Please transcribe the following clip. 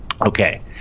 okay